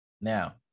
Now